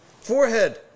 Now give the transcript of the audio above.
forehead